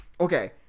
Okay